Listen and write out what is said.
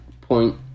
point